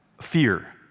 fear